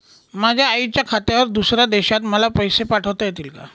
माझ्या आईच्या खात्यावर दुसऱ्या देशात मला पैसे पाठविता येतील का?